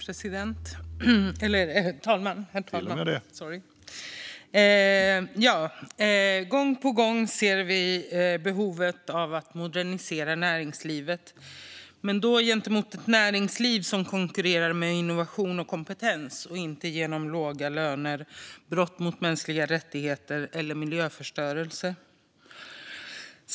Herr talman! Gång på gång ser vi behovet av att modernisera näringslivet, men då ett näringsliv som konkurrerar med innovation och kompetens och inte genom låga löner, brott mot mänskliga rättigheter eller miljöförstörelse.